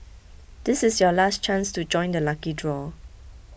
this is your last chance to join the lucky draw